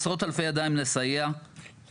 עשרות אלפי ידיים לסייע בחופים,